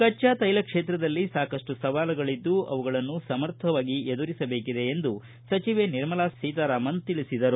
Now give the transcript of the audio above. ಕಜ್ವಾ ತೈಲ ಕ್ಷೇತ್ರದಲ್ಲಿ ಸಾಕಷ್ಟು ಸವಾಲುಗಳಿದ್ದು ಸಮರ್ಥವಾಗಿ ಎದುರಿಸಬೇಕಿದೆ ಎಂದು ನಿರ್ಮಲಾ ಸೀತಾರಾಮನ್ ತಿಳಿಸಿದರು